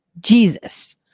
Jesus